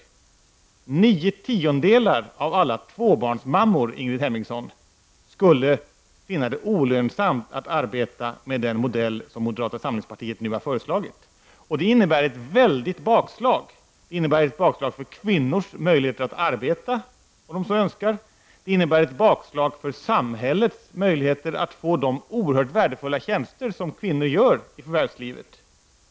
Hemmingsson, skulle finna det olönsamt med den modell som moderata samlingspartiet nu har föreslagit, och det skulle innebära ett stort bakslag för kvinnors möjlighet att arbeta om de så önskar och även för samhällets möjligheter att få de oerhört värdefulla tjänster som kvinnor gör i förvärvslivet.